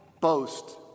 boast